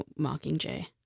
Mockingjay